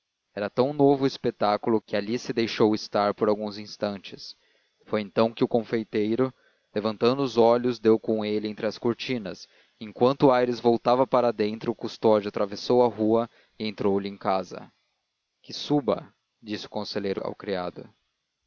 era tão novo o espetáculo que ali se deixou estar por alguns instantes foi então que o confeiteiro levantando os olhos deu com ele entre as cortinas e enquanto aires voltava para dentro custódio atravessou a rua e entrou-lhe em casa que suba disse o conselheiro ao criado